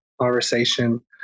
conversation